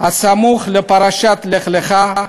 הסמוך לפרשת לך לך,